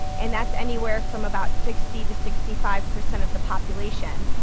and that's anywhere from about sixty to sixty five percent of the population,